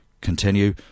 continue